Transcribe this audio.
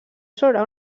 sobre